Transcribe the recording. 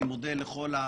אני מודה לכל הצוות.